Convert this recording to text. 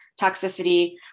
toxicity